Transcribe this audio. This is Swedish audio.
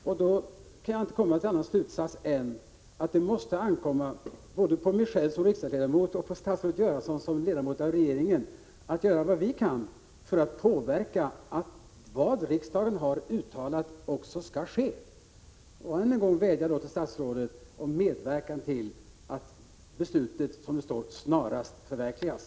Därför kan jag inte dra någon annan slutsats än att det måste ankomma både på mig själv som riksdagsledamot och på statsrådet Göransson som ledamot av regeringen att göra vad som göras kan för att utöva en sådan påverkan att vad riksdagen har uttalat också kommer att förverkligas. Ännu en gång vädjar jag till statsrådet om medverkan till att beslutet ”snarast förverkligas”.